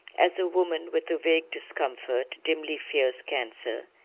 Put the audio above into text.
as a woman with a vague discomfort dimly fears cancer,